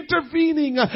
intervening